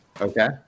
Okay